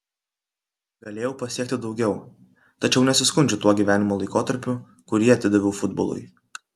galėjau pasiekti daugiau tačiau nesiskundžiu tuo gyvenimo laikotarpiu kurį atidaviau futbolui